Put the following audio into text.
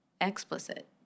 Explicit